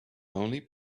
only